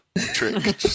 trick